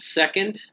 second